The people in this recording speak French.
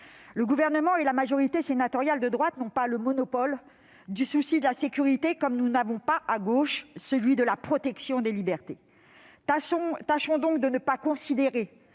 le Gouvernement et la majorité sénatoriale de droite n'ont pas le monopole du souci de la sécurité, comme nous n'avons pas, à gauche, celui de la protection des libertés. Tâchons de ne pas considérer